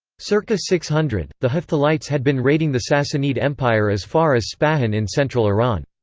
circa six hundred, the hephthalites had been raiding the sassanid empire as far as spahan in central iran.